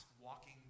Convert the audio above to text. walking